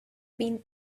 been